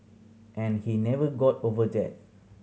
and he never got over that